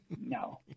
No